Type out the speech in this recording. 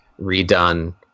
redone